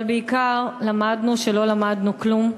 אבל בעיקר למדנו שלא למדנו כלום: